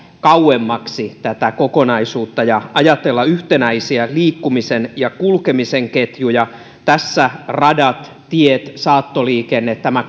kauemmaksi tätä kokonaisuutta ja ajatella yhtenäisiä liikkumisen ja kulkemisen ketjuja radat tiet saattoliikenne tämä